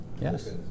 Yes